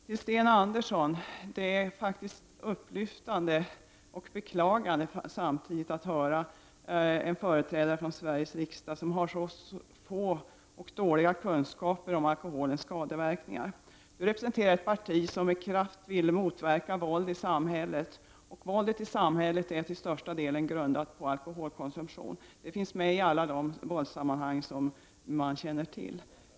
Till Sten Andersson i Malmö vill jag säga att det samtidigt är upplyftande och beklagande att höra en företrädare för Sveriges riksdag som har så få och så dåliga kunskaper om alkoholens skadeverkningar. Sten Andersson representerar ett parti som med kraft vill motverka våld i samhället. Våldet i samhället är till största delen orsakat av alkoholkonsumtion. Det finns med i alla de våldssammanhang som man känner till.